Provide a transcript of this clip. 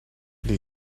they